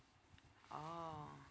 oh